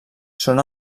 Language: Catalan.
són